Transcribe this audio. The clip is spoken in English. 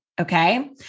Okay